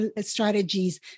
strategies